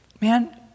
man